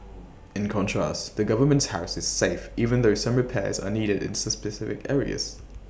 in contrast the government's house is safe even though some repairs are needed in specific areas